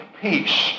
peace